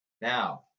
Now